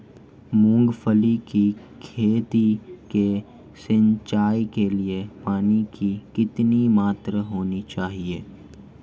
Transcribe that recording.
मूंगफली की खेती की सिंचाई के लिए पानी की कितनी मात्रा होनी चाहिए?